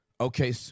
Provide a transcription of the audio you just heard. Okay